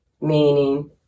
meaning